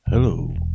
Hello